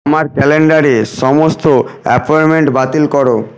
আমার ক্যালেন্ডারে সমস্ত অ্যাপয়েন্টমেন্ট বাতিল করো